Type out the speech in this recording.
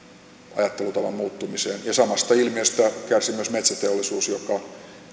ajattelutavan muuttumiseen samasta ilmiöstä kärsii myös metsäteollisuus joka